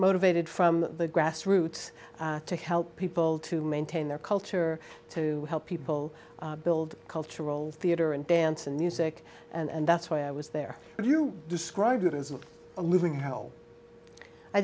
motivated from the grassroots to help people to maintain their culture to help people build cultural theater and dance and music and that's why i was there but you described it as a living hell i